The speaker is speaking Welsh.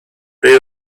ble